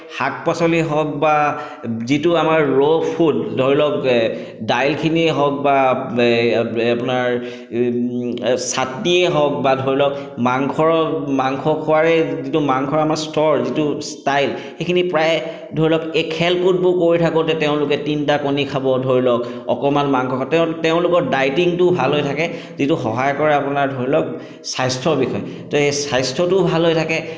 শাক পাচলি হওক বা যিটো আমাৰ ৰ ফুড ধৰি লওক দাইলখিনিয়ে হওক বা আপোনাৰ চাটনিয়ে হওক বা ধৰি লওক মাংসৰ মাংস খোৱাৰে যিটো মাংসৰ আমাৰ স্তৰ যিটো ষ্টাইল সেইখিনি প্ৰায় ধৰি লওক এই খেল কুদবোৰ কৰি থাকোঁতে তেওঁলোকে তিনিটা কণী খাব ধৰি লওক অকণমান মাংস খা তেওঁ তেওঁলোকৰ ডাইটিংটোও ভাল হৈ থাকে যিটো সহায় কৰে আপোনাৰ ধৰি লওক স্বাস্থ্য বিষয়ে তো এই স্বাস্থ্যটোও ভাল হৈ থাকে